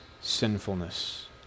sinfulness